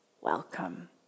Welcome